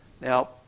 Now